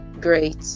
Great